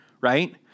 right